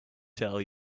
tell